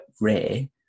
rare